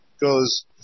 goes